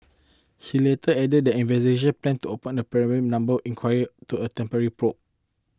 he later added that investigators planned to open a premeditated number inquiry to a temporarily probe